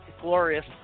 glorious